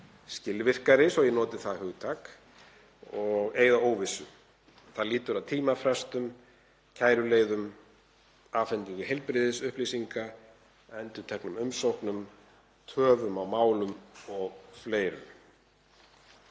skilvirkara, svo að ég noti það hugtak, og eyða óvissu. Það lýtur að tímafrestum, kæruleiðum, afhendingu heilbrigðisupplýsinga, endurteknum umsóknum, töfum á málum og fleiru.